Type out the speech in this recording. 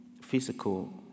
physical